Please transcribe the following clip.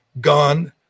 gone